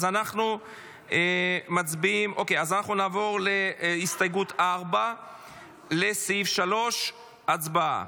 אז אנחנו נעבור להסתייגות 4 לסעיף 3. הצבעה.